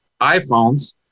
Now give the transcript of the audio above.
iPhones